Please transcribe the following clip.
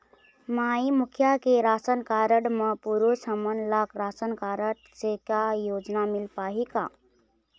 माई मुखिया के ration card म पुरुष हमन ला रासनकारड से का योजना मिल पाही का?